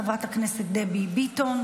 חברת הכנסת דבי ביטון,